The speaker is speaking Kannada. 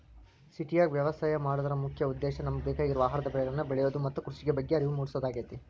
ಸಿಟ್ಯಾಗ ವ್ಯವಸಾಯ ಮಾಡೋದರ ಮುಖ್ಯ ಉದ್ದೇಶ ನಮಗ ಬೇಕಾಗಿರುವ ಆಹಾರದ ಬೆಳಿಗಳನ್ನ ಬೆಳಿಯೋದು ಮತ್ತ ಕೃಷಿ ಬಗ್ಗೆ ಅರಿವು ಮೂಡ್ಸೋದಾಗೇತಿ